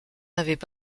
n’avaient